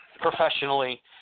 professionally